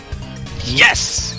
Yes